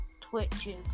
twitches